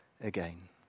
again